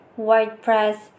WordPress